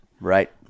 Right